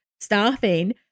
staffing